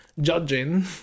judging